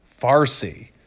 Farsi